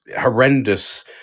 horrendous